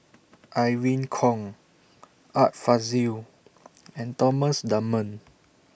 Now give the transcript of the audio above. Irene Khong Art Fazil and Thomas Dunman